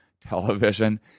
Television